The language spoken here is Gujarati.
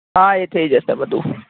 હા એ થઇ જશે બધું